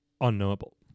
unknowable